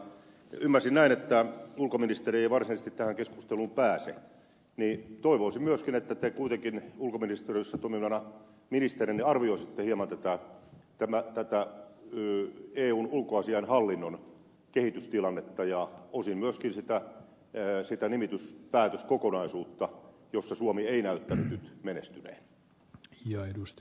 ymmärsin näin että ulkoministeri ei varsinaisesti tähän keskusteluun pääse joten toivoisin myöskin että te kuitenkin ulkoministeriössä toimivana ministerinä arvioisitte hieman tätä eun ulkoasiainhallinnon kehitystilannetta ja osin myöskin sitä nimityspäätöskokonaisuutta jossa suomi ei näyttänyt nyt menestyneen